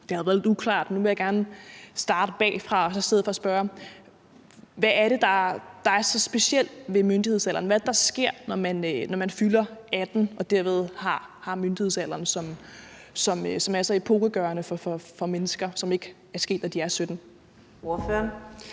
det har jo været lidt uklart. Nu vil jeg gerne starte bagfra i stedet for og spørge: Hvad er det, der er så specielt ved myndighedsalderen? Hvad er det, der sker, når man fylder 18 år og derved har nået myndighedsalderen, som er så epokegørende for mennesker, og som ikke var sket, da de var 17 år? Kl.